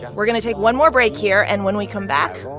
yeah we're going to take one more break here. and when we come back,